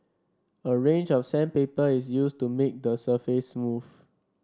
a range of sandpaper is used to make the surface smooth